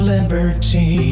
Liberty